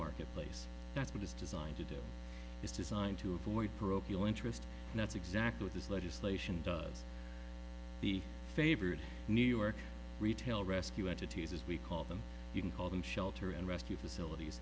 marketplace that's what it's designed to do is designed to avoid parochial interest and that's exactly what this legislation does the favored new york retail rescue entities as we call them you can call them shelter and rescue facilities